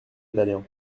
italien